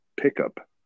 pickup